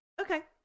okay